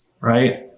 right